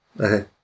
Okay